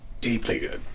deeply